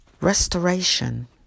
Restoration